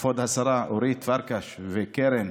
כבוד השרה אורית פרקש וקרן,